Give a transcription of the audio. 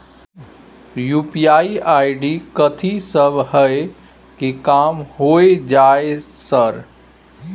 UPI ID कथि सब हय कि काम होय छय सर?